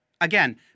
again